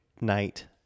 night